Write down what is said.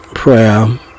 Prayer